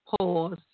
pause